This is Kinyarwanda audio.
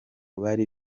bari